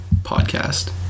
podcast